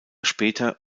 später